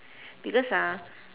because ah